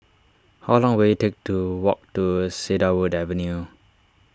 how long will it take to walk to Cedarwood Avenue